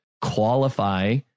qualify